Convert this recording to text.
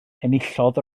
enillodd